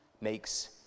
makes